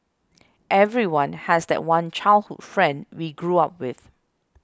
everyone has that one childhood friend we grew up with